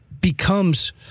becomes